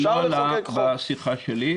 זה לא עלה בשיחה שלי.